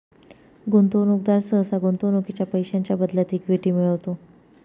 गुंतवणूकदार सहसा गुंतवणुकीच्या पैशांच्या बदल्यात इक्विटी मिळवतो